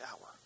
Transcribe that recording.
hour